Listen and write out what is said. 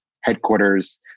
headquarters